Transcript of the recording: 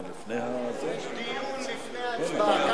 יש דיון לפני הצבעה.